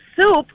soup